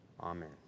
Amen